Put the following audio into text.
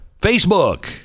Facebook